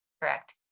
correct